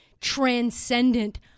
transcendent